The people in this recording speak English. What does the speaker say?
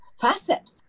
facet